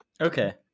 Okay